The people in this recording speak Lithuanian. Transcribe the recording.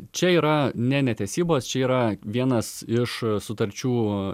čia yra ne netesybos čia yra vienas iš sutarčių